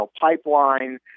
pipeline